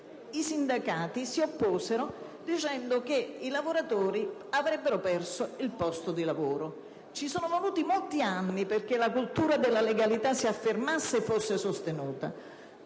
i sindacati si opposero dicendo che i lavoratori avrebbero perso il posto di lavoro. Ci sono voluti molti anni perché la cultura della legalità si affermasse e fosse sostenuta.